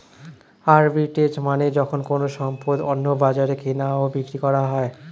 arbitrage মানে যখন কোনো সম্পদ অন্য বাজারে কেনা ও বিক্রি করা হয়